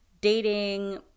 dating